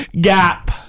Gap